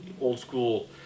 old-school